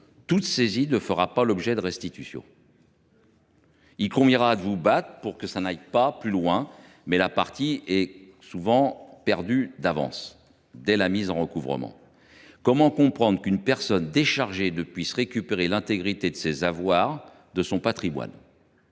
toute saisie ne fera pas l’objet de restitution. Il vous faudra vous battre pour que cela n’aille pas plus loin, mais la partie est souvent perdue d’avance, dès la mise en recouvrement. Comment comprendre qu’une personne déchargée ne puisse récupérer l’intégralité de ses avoirs ou de son patrimoine ?